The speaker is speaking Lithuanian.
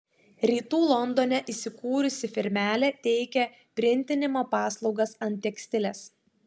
rytų londone įsikūrusi firmelė teikia printinimo paslaugas ant tekstiles